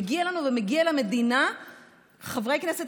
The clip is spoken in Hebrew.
מגיעים לנו ומגיעים למדינה חברי כנסת